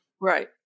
Right